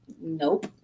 nope